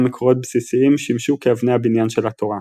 מקורות בסיסיים שימשו כאבני הבניין של התורה.